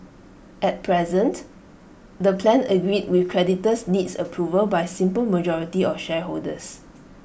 at present the plan agreed with creditors needs approval by simple majority of shareholders